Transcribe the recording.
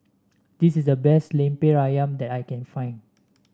this is the best lemper ayam that I can find